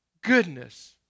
Goodness